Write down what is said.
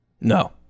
No